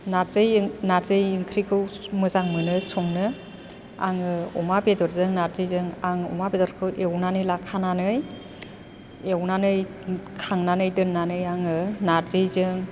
नारजि ओंख्रिखौ मोजां मोनो संनो आङो अमा बेदरजों नारजिजों आं अमा बेदरखौ एवनानै लाखानानै एवनानै खांनानै दोननानै आङो नारजिजों